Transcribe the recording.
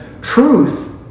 Truth